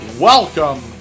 welcome